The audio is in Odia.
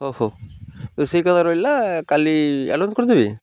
ହଉ ହଉ ରୋଷେଇ କଥା ରହିଲା କାଲି ଆଡ଼ଭାନ୍ସ କରିଦେବି